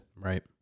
Right